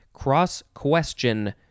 cross-question